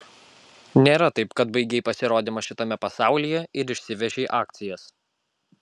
nėra taip kad baigei pasirodymą šitame pasaulyje ir išsivežei akcijas